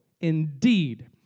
indeed